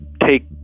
take